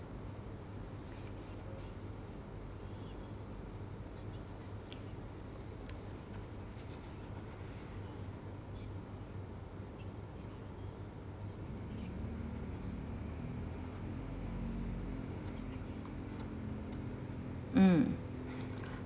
mm